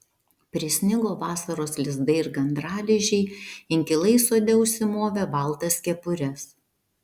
prisnigo vasaros lizdai ir gandralizdžiai inkilai sode užsimovė baltas kepures